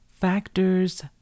factors